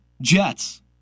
Jets